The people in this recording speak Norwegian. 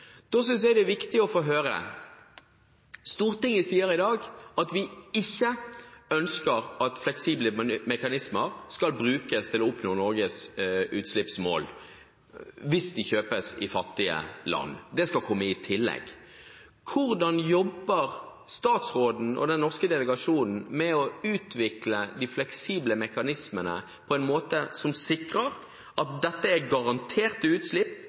Da synes jeg det er viktig å få høre, når Stortinget i dag sier at vi ikke ønsker at fleksible mekanismer skal brukes til å oppnå Norges utslippsmål hvis de kjøpes i fattige land, at det skal komme i tillegg: Hvordan jobber statsråden og den norske delegasjonen med å utvikle de fleksible mekanismene på en måte som sikrer at dette er garanterte utslipp